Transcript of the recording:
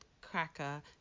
cracker